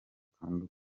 kandi